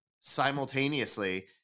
simultaneously